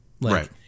Right